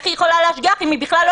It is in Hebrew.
איך היא יכולה להשגיח אם היא בכלל לא